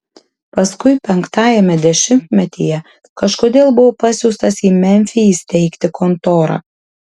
paskui penktajame dešimtmetyje kažkodėl buvo pasiųstas į memfį įsteigti kontorą